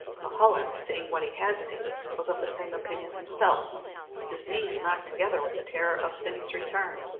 cuhullin, seeing what he had seen, was of the same opinion himself his knees knocked together with the terror of fin's return,